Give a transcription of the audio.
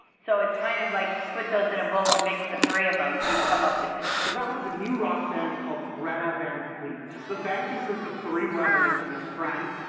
so it's kind of like if you put those in a bowl and mix the three of em, you'd come up with this. so that was a new rock band called greta van fleet. the band consists of three brothers and their friend,